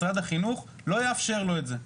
משרד החינוך לא יאפשר לו את זה.